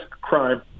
crime